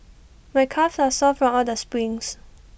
my calves are sore from all the sprints